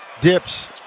dips